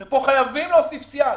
פה חייבים להוסיף סייג,